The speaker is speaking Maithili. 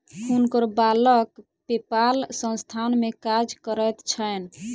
हुनकर बालक पेपाल संस्थान में कार्य करैत छैन